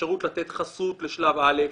אפשרות לתת חסות לשלב א',